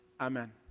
Amen